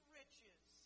riches